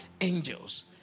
angels